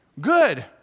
Good